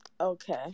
Okay